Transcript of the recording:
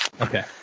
Okay